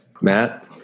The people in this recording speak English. Matt